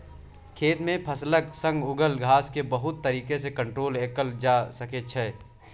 खेत मे फसलक संग उगल घास केँ बहुत तरीका सँ कंट्रोल कएल जा सकै छै